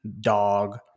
Dog